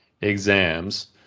exams